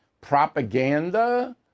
propaganda